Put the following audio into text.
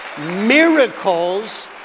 miracles